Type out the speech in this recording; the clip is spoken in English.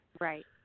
Right